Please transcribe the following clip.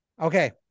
okay